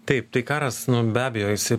taip tai karas be abejo jisai